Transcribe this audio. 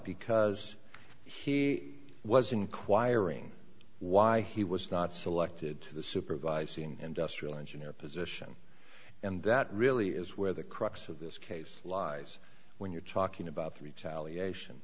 because he was inquiring why he was not selected to the supervising industrial engineer position and that really is where the crux of this case lies when you're talking about three chali ation